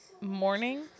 morning